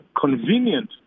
convenient